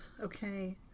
okay